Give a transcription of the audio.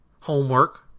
homework